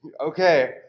Okay